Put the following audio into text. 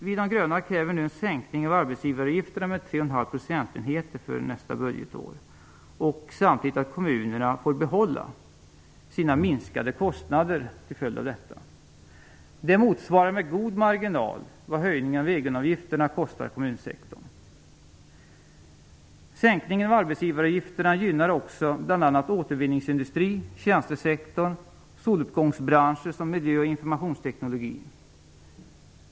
Vi i De gröna kräver nu en sänkning av arbetsgivaravgifterna med 3,5 procentenheter för nästa budgetår och samtidigt att kommunerna får behålla sina minskade kostnader till följd av detta. Det motsvarar med god marginal vad höjningen av egenavgifterna kostar kommunsektorn. Sänkningen av arbetsgivaravgifterna gynnar också bl.a. återvinningsindustri, tjänstesektorn och soluppgångsbranscher som miljö och informationsteknologi.